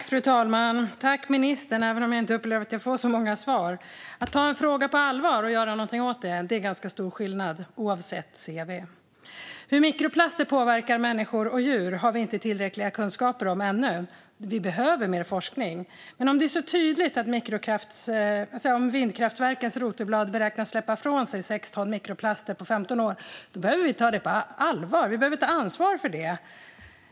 Fru talman! Jag tackar ministern, även om jag upplevde att jag inte fick så många svar. Att ta en fråga på allvar och göra något åt den är ganska stor skillnad, oavsett cv. Hur mikroplaster påverkar människor och djur har vi inte tillräckliga kunskaper om ännu. Vi behöver mer forskning. Men om det är tydligt att vindkraftverkens rotorblad beräknas släppa ifrån sig sex ton mikroplaster på 15 år behöver vi ta det på allvar. Vi behöver ta ansvar för det.